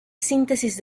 síntesis